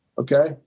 Okay